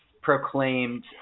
proclaimed